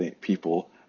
people